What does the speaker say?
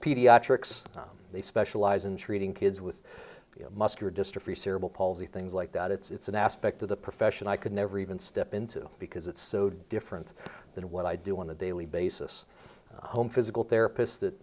pediatrics they specialize in treating kids with muscular dystrophy cerebral palsy things like that it's an aspect of the profession i could never even step into because it's so different than what i do on the daily basis home physical therapists that